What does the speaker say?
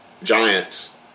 Giants